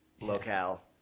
locale